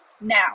Now